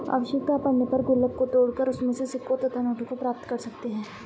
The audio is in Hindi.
आवश्यकता पड़ने पर गुल्लक को तोड़कर उसमें से सिक्कों तथा नोटों को प्राप्त कर सकते हैं